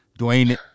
Dwayne